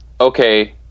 okay